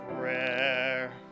prayer